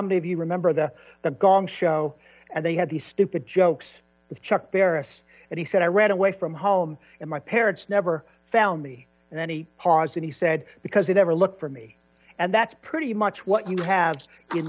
of you remember the the gong show and they had these stupid jokes with chuck barris and he said i ran away from home and my parents never found me and any positive he said because he never looked for me and that's pretty much what you have in